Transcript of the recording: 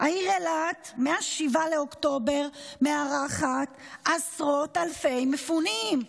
מ-7 באוקטובר מארחת עשרות אלפי מפונים,